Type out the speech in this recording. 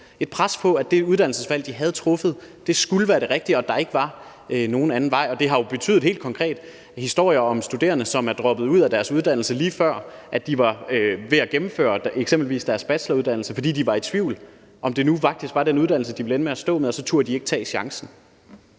et pres om, at det uddannelsesvalg, de havde truffet, skulle være det rigtige, og at der ikke var nogen anden vej. Det har jo helt konkret betydet historier om studerende, som er droppet ud af deres uddannelse, lige før de var ved at gennemføre eksempelvis deres bacheloruddannelse, fordi de var i tvivl om, om det nu faktisk var den uddannelse, de ville ende med at stå med, og de så ikke turde tage chancen.